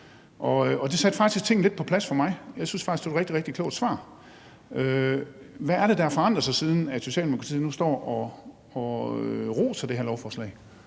Og det satte faktisk tingene lidt på plads for mig, og jeg syntes faktisk, det var et rigtig, rigtig klogt svar. Hvad er det, der har forandret sig, siden Socialdemokratiet nu står og roser det her lovforslag?